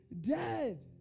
dead